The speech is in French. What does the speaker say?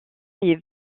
est